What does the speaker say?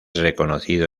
reconocido